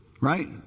Right